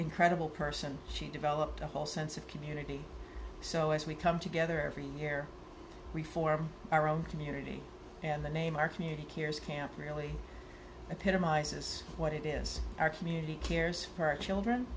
incredible person she developed a whole sense of community so as we come together every year we form our own community and the name our community cares can really appear to my sis what it is our community cares for children